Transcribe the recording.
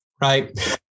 right